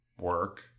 work